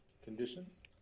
Conditions